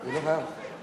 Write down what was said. הוא לא חייב לנמק אותה.